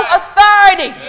authority